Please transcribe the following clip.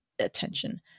attention